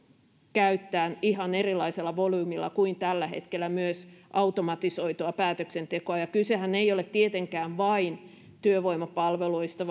käyttämään ihan erilaisella volyymilla kuin tällä hetkellä myös automatisoitua päätöksentekoa kysehän ei ole tietenkään vain työvoimapalveluista